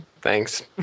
Thanks